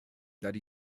that